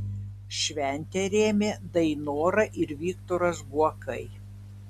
šventę rėmė dainora ir viktoras guokai